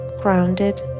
grounded